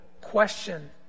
question